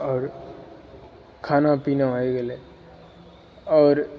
आओर खाना पीना होइ गेलै आओर